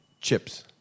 Chips